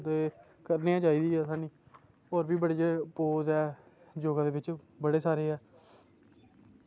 ते करना चाहिदी असें होर बी बड़े पोज़ ऐ योगा दे बिच बड़े सारे ऐ